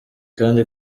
kandi